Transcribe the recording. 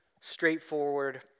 straightforward